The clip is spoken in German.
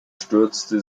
stürzte